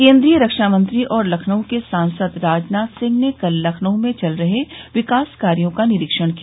केन्द्रीय रक्षामंत्री और लखनऊ के सांसद राजनाथ सिंह ने कल लखनऊ में चल रहे विकास कार्यो का निरीक्षण किया